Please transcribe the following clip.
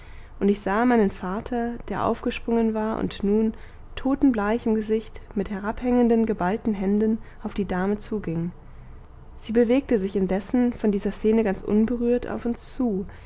und ich sah meinen vater der aufgesprungen war und nun totenbleich im gesicht mit herabhängenden geballten händen auf die dame zuging sie bewegte sich indessen von dieser szene ganz unberührt auf uns zu